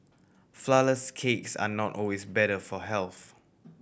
flourless cakes are not always better for health